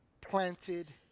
planted